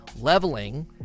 Leveling